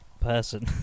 person